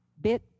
bit